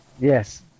Yes